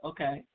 Okay